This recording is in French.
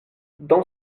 dans